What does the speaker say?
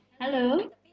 hello